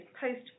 post